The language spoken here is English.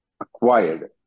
acquired